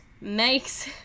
makes